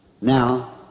Now